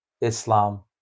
Islam